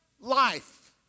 life